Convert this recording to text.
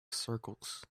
circles